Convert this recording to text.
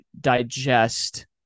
digest